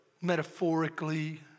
metaphorically